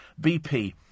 BP